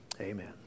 amen